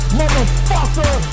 motherfucker